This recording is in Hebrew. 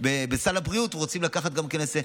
בסל הבריאות, ורוצים לקחת גם את זה.